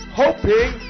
hoping